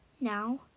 Now